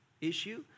issue